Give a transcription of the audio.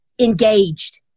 engaged